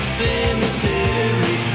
cemetery